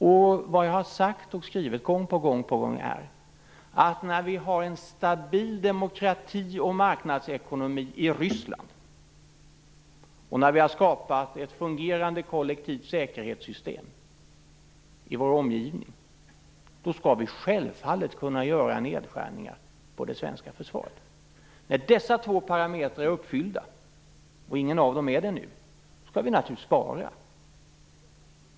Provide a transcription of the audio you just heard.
Gång på gång har jag sagt och skrivit att när Ryssland har en stabil demokrati och marknadsekonomi, och när det har skapats ett fungerande kollektivt säkerhetssystem i Sveriges omgivning skall nedskärningar självfallet kunna göras på det svenska försvaret. När dessa två parametrar är uppfyllda - ingen av dem är det nu - skall vi naturligtvis spara.